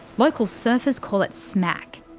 local surfers call it smack,